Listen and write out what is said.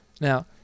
Now